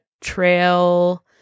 trail